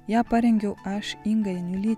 ją parengiau aš inga janiulytė